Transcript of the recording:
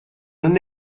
حالا